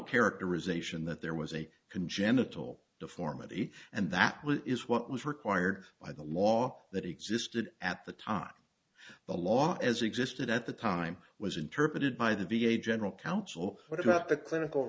characterization that there was a congenital deformity and that is what was required by the law that existed at the time the law as existed at the time was interpreted by the v a general counsel what about the clinical